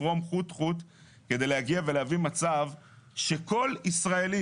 לפרום חוט חוט כדי להגיע ולהביא למצב שכל ישראלי